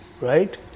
right